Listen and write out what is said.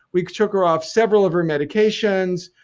we took her off several of her medications.